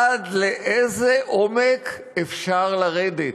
עד לאיזה עומק אפשר לרדת?